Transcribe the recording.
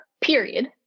period